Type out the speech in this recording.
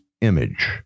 image